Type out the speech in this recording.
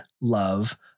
love